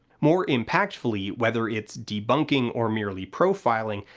more impactfully, whether it's debunking or merely profiling,